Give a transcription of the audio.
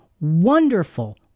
wonderful